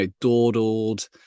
dawdled